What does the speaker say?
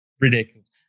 ridiculous